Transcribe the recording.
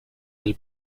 del